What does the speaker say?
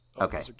Okay